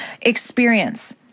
Experience